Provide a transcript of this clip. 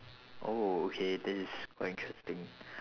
oh okay that is quite interesting